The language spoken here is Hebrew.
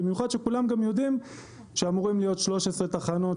במיוחד כשכולם גם יודעים שאמורות להיות 13 תחנות,